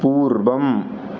पूर्वम्